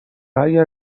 اگر